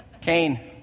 Cain